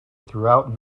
throughout